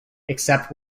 except